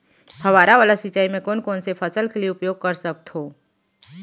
फवारा वाला सिंचाई मैं कोन कोन से फसल के लिए उपयोग कर सकथो?